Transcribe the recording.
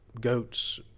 goats